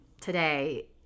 today